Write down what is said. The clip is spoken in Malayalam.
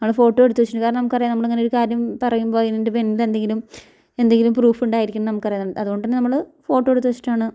ഞങ്ങൾ ഫോട്ടോ എടുത്ത് വച്ചിട്ടുണ്ട് കാരണം നമുക്കറിയാം നമ്മളിങ്ങനെ ഒരു കാര്യം പറയുമ്പോൾ അതിൻ്റെപ്പം എന്തൊണ്ടങ്കിലും എന്തെങ്കിലും പ്രൂഫുണ്ടായിരിക്കണംന്ന് നമുക്കറിയാം അതുകൊണ്ടന്നെ നമ്മൾ ഫോട്ടോ എടുത്ത് വച്ചിട്ടാണ്